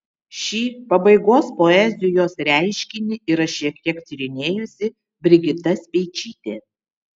šį pabaigos poezijos reiškinį yra šiek tiek tyrinėjusi brigita speičytė